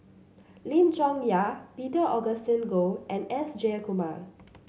Lim Chong Yah Peter Augustine Goh and S Jayakumar